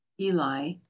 Eli